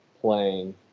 playing